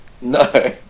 No